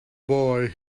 boy